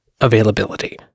availability